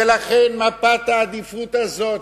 ולכן מפת העדיפות הזאת,